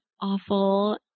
awful